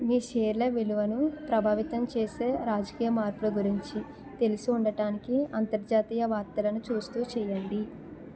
మీ షేర్ల విలువను ప్రభావితం చేసే రాజకీయ మార్పుల గురించి తెలిసి ఉండటానికి అంతర్జాతీయ వార్తలను చూస్తూ చేయండి